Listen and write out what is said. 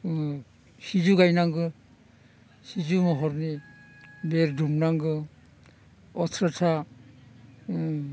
सिजौ गायनांगौ सिजौ महरनि बेर दुमनांगौ अथ्र'था